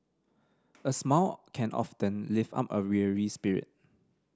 a smile can often lift up a weary spirit